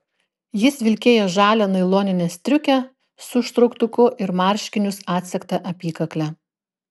jis vilkėjo žalią nailoninę striukę su užtrauktuku ir marškinius atsegta apykakle